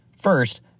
First